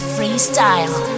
FreeStyle